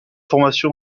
formation